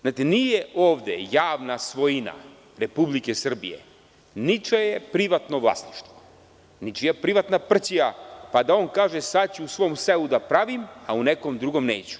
Znate, nije ovde javna svojina Republike Srbije ničije privatno vlasništvo, ničija privatna prćija, pa da on kaže sada ću u svom selu da pravim, a u nekom drugom neću.